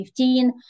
2015